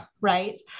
right